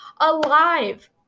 alive